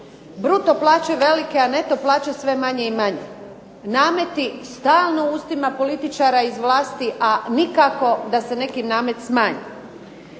Bruto plaće velike, a neto plaće sve manje i manje. Nameti stalno u ustima političara iz vlasti, a nikako da se neki namet smanji.